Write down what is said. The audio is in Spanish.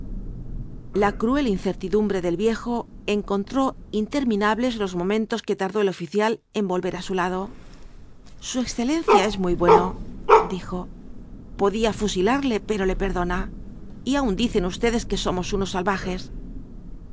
la cruel incertidumbre del viejo encontró interminables los momentos que tardó el oficial en volver á su lado su excelencia es muy bueno dijo podía fusilarle pero le perdona y aun dicen ustedes que somos unos salvajes